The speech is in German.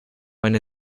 eine